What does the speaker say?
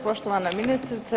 Poštovana ministrice.